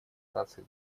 наций